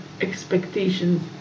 expectations